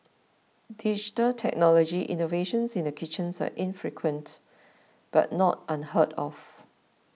digital technology innovations in the kitchens are infrequent but not unheard of